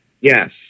Yes